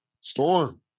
Storm